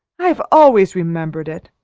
i've always remembered it.